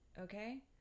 okay